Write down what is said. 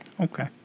Okay